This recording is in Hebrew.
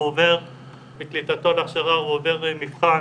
הוא עובר בקליטתו להכשרה מבחן